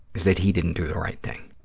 is that he didn't do the right thing.